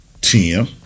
Tim